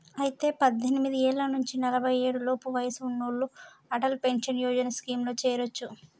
అయితే పద్దెనిమిది ఏళ్ల నుంచి నలఫై ఏడు లోపు వయసు ఉన్నోళ్లు అటల్ పెన్షన్ యోజన స్కీమ్ లో చేరొచ్చు